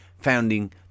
founding